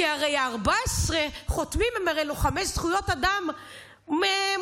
כי 14 החותמים הם הרי לוחמי זכויות אדם מדהימים.